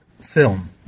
film